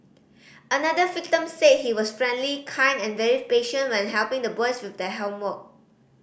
another victim said he was friendly kind and very patient when helping the boys with their homework